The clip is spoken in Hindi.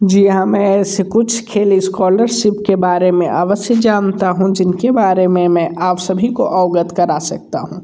जी हाँ मैं ऐसे कुछ खेल एस्कॉलरसिप के बारे में अवश्य जानता हूँ जिन के बारे में मैं आप सभी को अवगत करा सकता हूँ